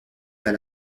pas